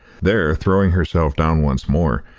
there, throwing herself down once more,